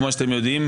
כמו שאתם יודעים,